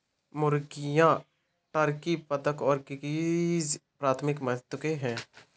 मुर्गियां, टर्की, बत्तख और गीज़ प्राथमिक महत्व के हैं